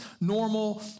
normal